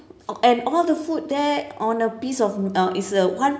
and all the food there on a piece of it's a one